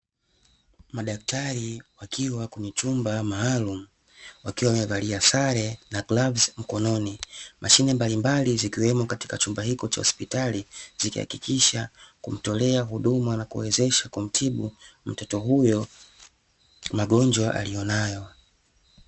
Madaktari wakiwa kwenye chumba maalum wakiwa wamevalia sare na glavusi mkononi mashine mbalimbali, zikiwemo katika chumba hicho cha hospitali zikahakikisha kumtolea huduma na kuwezesha kumtibu mtoto huyo magonjwa aliyonayo.